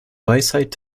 weisheit